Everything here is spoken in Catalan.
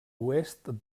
oest